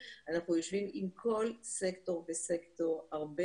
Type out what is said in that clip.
אנחנו יושבים עם כול סקטור וסקטור הרבה